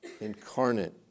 incarnate